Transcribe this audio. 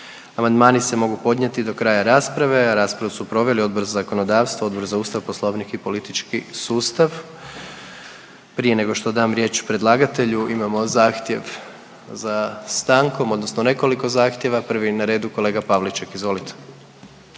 Amandmani se mogu podnijeti do kraja rasprave, a raspravu su proveli Odbor za zakonodavstvo, Odbor za Ustav, Poslovnik i politički sustav. Prije nego što dam riječ predlagatelju imamo zahtjev za stankom odnosno nekoliko zahtjeva. Prvi je na redu kolega Pavliček. Izvolite.